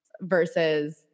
versus